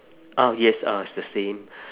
oh yes ah it's the same